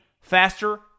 faster